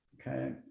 okay